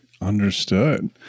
Understood